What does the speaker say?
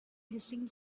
hissing